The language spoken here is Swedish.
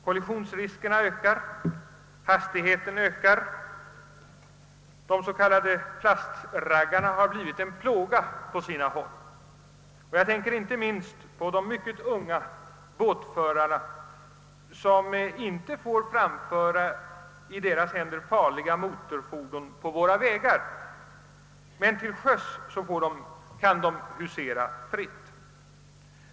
Kollisionsrisken ökar, hastigheterna ökar, och de s.k. plastraggarna har på sina håll blivit en plåga. Jag tänker inte minst på de mycket unga båtförarna, som inte får framföra i deras händer farliga motorfordon på våra vägar men som på sjön kan husera fritt.